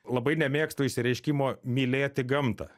labai nemėgstu išsireiškimo mylėti gamtą